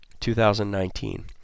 2019